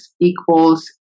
equals